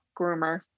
groomer